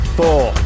four